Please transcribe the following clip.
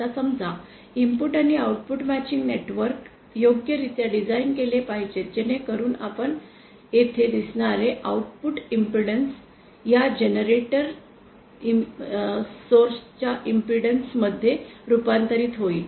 आता समजा इनपुट आणि output matching network input output matching network योग्यरित्या डिझाइन केले पाहिजेत जेणेकरुन आपण येथे दिसणारे आउटपुट इम्पेडन्स या जनरेटर स्त्रोताच्या इम्पेडन्स मध्ये रूपांतरित होईल